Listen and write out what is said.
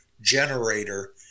generator